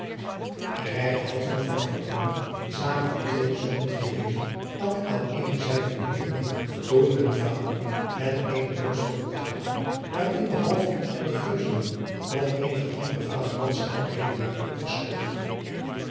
reikhalzende van verlangen zaten de twee zonen van van wezel elk aan eene zijde van hillegonda toen hun vader met eene doos voor den dag kwam waarin behalve den geuzennap nog eenige andere vaderlandsche oudheden waren opgesloten